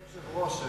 אדוני היושב-ראש,